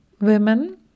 women